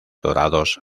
dorados